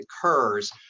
occurs